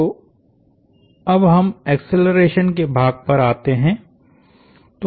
तो अब हम एक्सेलरेशन के भाग पर आते हैं